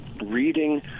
Reading